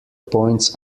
points